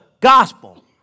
gospel